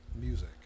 Music